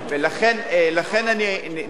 לכן אני ניסיתי,